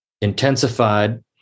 intensified